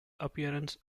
appearance